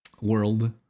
World